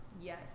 yes